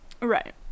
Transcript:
right